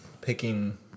picking